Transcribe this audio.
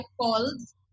calls